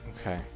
Okay